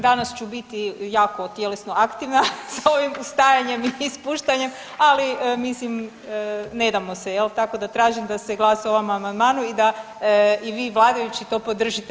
Danas ću biti jako tjelesno aktivna s ovim stajanjem i spuštanjem, ali mislim ne damo se jel, tako da tražim da se glasuje o ovom amandmanu i da i vi vladajući to podržite.